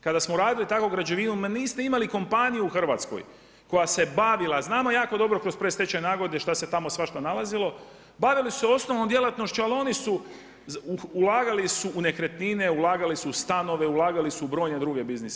Kada smo uradili tako građevinu, ma niste imali kompaniju u Hrvatskoj koja se bavila, znamo jako dobro kroz predstečajne nagodbe šta se tamo svašta nalazilo, bavili su se osnovnom djelatnošću, ali oni su ulagali u nekretnine, ulagali su stanove, ulagali su u brojne druge biznise.